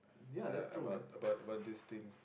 uh about about about this thing